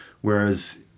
whereas